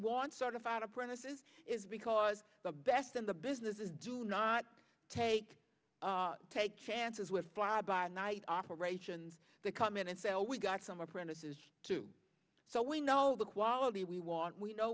want certified apprentices is because the best in the business is do not take take chances with fly by night operations that come in and say well we've got some apprentices too so we know the quality we want we know